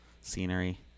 scenery